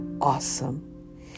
awesome